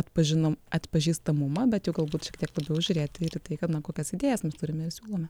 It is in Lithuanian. atpažinome atpažįstamumą bet jau galbūt šiek tiek toliau žiūrėti ir į tai kad na kokias idėjas turime ir siūlome